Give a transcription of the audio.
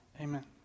amen